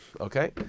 Okay